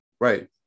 Right